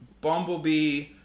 Bumblebee